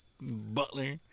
Butler